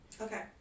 okay